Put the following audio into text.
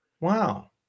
Wow